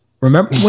Remember